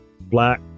black